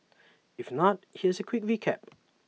if not here's A quick recap